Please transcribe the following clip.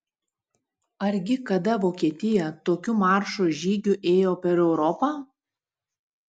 argi kada vokietija tokiu maršo žygiu ėjo per europą